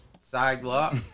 sidewalk